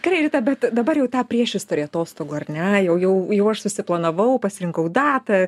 gerai rita bet dabar jau tą priešistorė atostogų ar ne jau jau jau aš susiplanavau pasirinkau datą